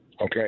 okay